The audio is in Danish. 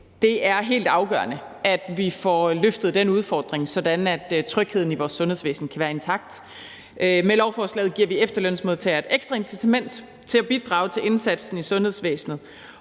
Det er helt afgørende, at vi får løftet den udfordring, sådan at trygheden i vores sundhedsvæsen kan være intakt. Med lovforslaget giver vi efterlønsmodtagere et ekstra incitament til at bidrage til indsatsen i sundhedsvæsenet,